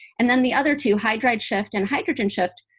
and then the other two, hydride shift and hydrogen shift,